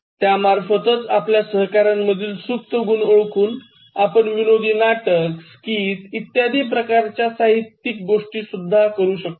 त्यामार्फतच आपल्या सहकाऱ्यांमधील सुप्त गुण ओळखुन आपण विनोदी नाटक स्किट इत्यादी प्रकारच्या साहित्यिक गोष्टी सुद्धा करू शकतो